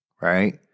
right